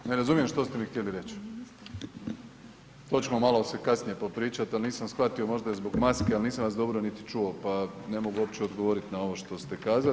Ne razumijem što ste mi htjeli reći, to ćemo malo se kasnije popričati, ali nisam shvatio možda zbog maske, ali nisam vas dobro niti čuo, pa ne mogu uopće odgovoriti ovo što ste kazali.